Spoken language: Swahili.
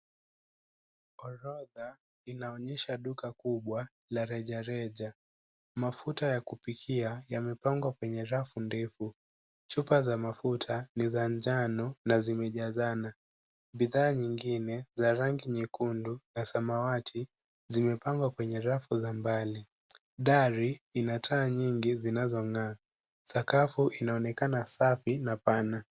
Orodha inaonyesha duka kubwa la rejareja. Mafuta ya kupikia yamepangwa kwenye rafu ndefu. Chupa za mafuta ni za njano na zimejazana. Bidhaa nyingine za rangi nyekundu na za samawati zimepangwa kwenye rafu za mbali. Dari ina taa nyingi zinazong’aa. Sakafu inaonekana safi na pana.